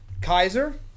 Kaiser